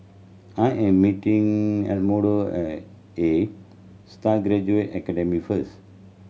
I am meeting Arnoldo at Astar Graduate Academy first